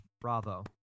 bravo